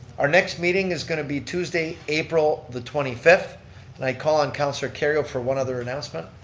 our next meeting is going to be tuesday, april the twenty fifth and i call on councilor kerrio for one other announcement.